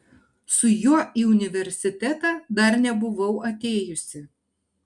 su juo į universitetą dar nebuvau atėjusi